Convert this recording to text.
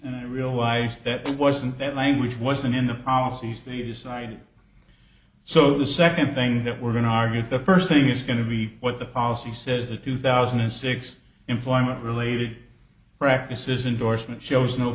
and i realized that it wasn't that language wasn't in the policies they decided so the second thing that we're going to argue the first thing is going to be what the policy says a two thousand and six employment related practices indorsement shows no